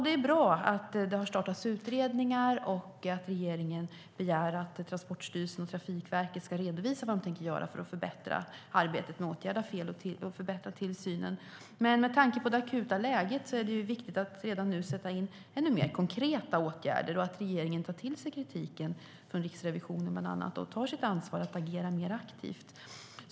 Det är bra att det har startats utredningar och att regeringen begär att Transportstyrelsen och Trafikverket ska redovisa vad de tänker göra för att förbättra arbetet med att åtgärda fel och förbättra tillsynen. Men med tanke på det akuta läget är det viktigt att redan nu sätta in ännu mer konkreta åtgärder och att regeringen tar till sig kritiken från Riksrevisionen, bland annat, och tar sitt ansvar att agera mer aktivt.